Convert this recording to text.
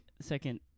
second